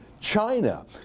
China